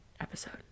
episode